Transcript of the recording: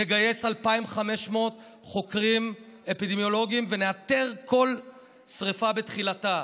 נגייס 2,500 חוקרים אפידמיולוגיים ונאתר כל שרפה בתחילתה,